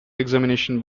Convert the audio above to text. examination